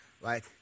Right